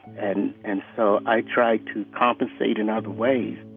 and and so i try to compensate in other ways